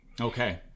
Okay